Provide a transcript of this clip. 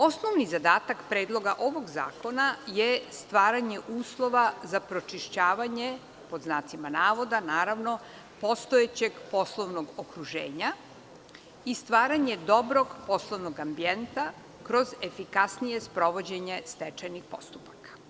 Osnovi zadatak predloga ovog zakona je stvaranje uslova za „pročišćavanje“ postojećeg poslovnog okruženja i stvaranje dobrog poslovnog ambijenta kroz efikasnije sprovođenje stečajnih postupaka.